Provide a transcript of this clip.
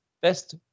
Best